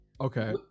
okay